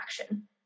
action